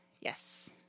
Yes